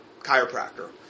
chiropractor